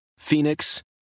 Phoenix